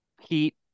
heat